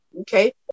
Okay